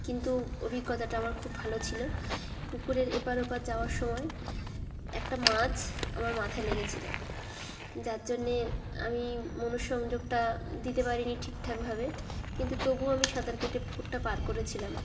কিন্তু অভিজ্ঞতাটা আমার খুব ভালো ছিল পুকুরের এপার ওপার যাওয়ার সময় একটা মাছ আমার মাথায় লেগেছিল যার জন্যে আমি মনঃসংযোগটা দিতে পারিনি ঠিকঠাকভাবে কিন্তু তবুও আমি সাঁতার কেটে পুকুরটা পার করেছিলাম